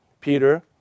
Peter